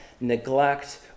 Neglect